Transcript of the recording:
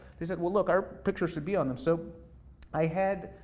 they said well look, our picture should be on them. so i had,